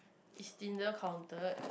is Tinder counted